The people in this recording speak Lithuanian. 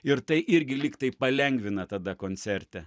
ir tai irgi lyg tai palengvina tada koncerte